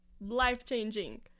life-changing